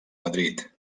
madrid